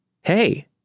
hey